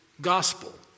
Gospel